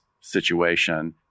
situation